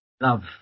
love